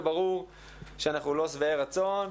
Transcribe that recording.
וברור שאנחנו לא שבעי רצון.